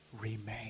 remain